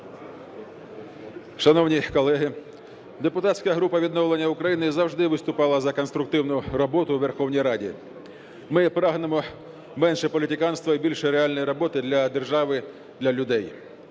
Шановні колеги, депутатська група "Відновлення України" завжди виступала за конструктивну роботу у Верховній Раді. Ми прагнемо менше політиканства і більше реальної роботи для держави, для людей.